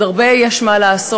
עוד הרבה יש מה לעשות,